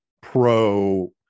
pro